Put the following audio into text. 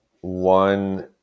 one